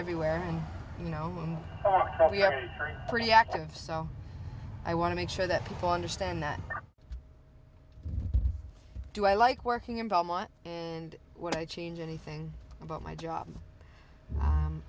everywhere and you know we are very pretty active so i want to make sure that people understand that or do i like working in belmont and when i change anything about my job